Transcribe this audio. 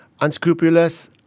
unscrupulous